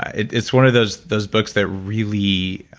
it's one of those those books that really,